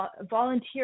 volunteer